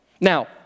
Now